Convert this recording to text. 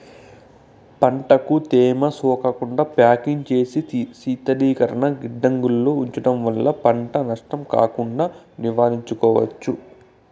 పంటకు తేమ సోకకుండా ప్యాకింగ్ చేసి శీతలీకరణ గిడ్డంగులలో ఉంచడం వల్ల పంట నష్టం కాకుండా నివారించుకోవచ్చు